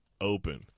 open